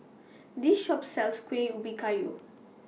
This Shop sells Kueh Ubi Kayu